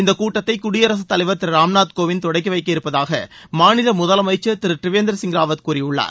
இந்தக் கூட்டத்தை குடியரசுத் தலைவர் திரு ராம் நாத் கோவிந்த் தொடங்கி வைக்க இருப்பதாக மாநில முதலமைச்சர் திரு திரிவேந்திரசிங் ராவத் கூறியுள்ளார்